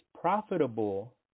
profitable